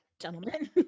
gentlemen